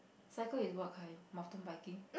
cycle is what kind mountain biking